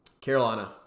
Carolina